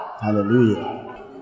Hallelujah